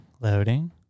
Loading